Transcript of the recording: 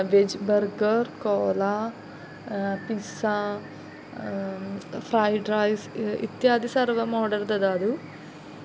veg burger cola pizza fried rice इत्यादयः सर्वम् order ददातु